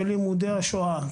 לימודי השואה,